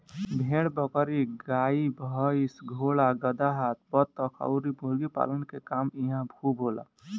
भेड़ बकरी, गाई भइस, घोड़ा गदहा, बतख अउरी मुर्गी पालन के काम इहां खूब होला